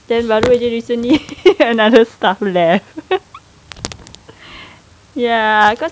then baru sahaja recently another staff left ya cause